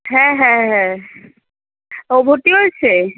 হ্যাঁ হ্যাঁ হ্যাঁ ও ভর্তি হয়েছে